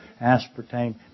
aspartame